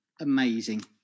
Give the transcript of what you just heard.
amazing